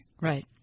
Right